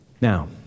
Now